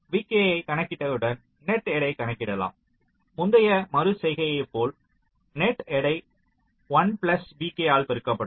vk ஐ கணக்கிட்டவுடன் net எடையை கணக்கிடலாம் முந்தைய மறு செய்கை போல நெட் எடை 1 பிளஸ் vk ஆல் பெருக்கப்படும்